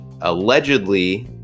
allegedly